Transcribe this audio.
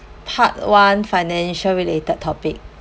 part one financial related topic